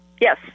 Yes